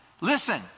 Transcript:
listen